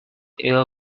ill